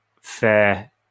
fair